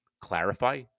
clarify